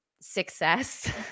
success